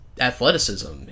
athleticism